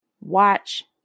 Watch